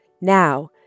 Now